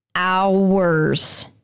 hours